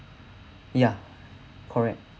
ya correct